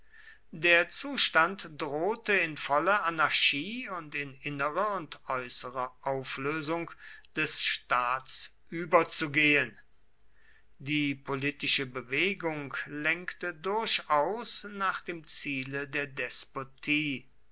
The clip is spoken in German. der zustand drohte in volle anarchie und in innere und äußere auflösung des staats überzugehen die politische bewegung lenkte durchaus nach dem ziele der despotie